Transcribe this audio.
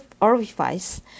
orifice